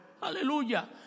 Aleluya